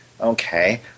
Okay